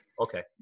Okay